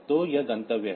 तो यह गंतव्य है